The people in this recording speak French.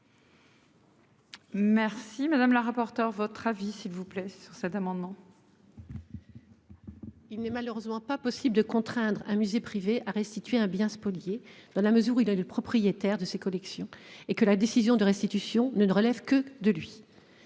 Merci madame la rapporteure votre avis s'il vous plaît sur cet amendement. Il n'est malheureusement pas possible de contraindre un musée privé à restituer un bien spolié dans la mesure où il le propriétaire de ces collections, et que la décision de restitution ne relèvent que de lui.